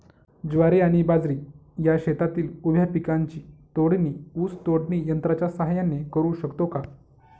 ज्वारी आणि बाजरी या शेतातील उभ्या पिकांची तोडणी ऊस तोडणी यंत्राच्या सहाय्याने करु शकतो का?